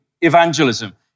evangelism